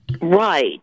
Right